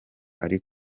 ari